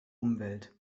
umwelt